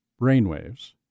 brainwaves